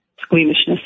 squeamishness